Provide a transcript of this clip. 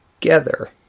together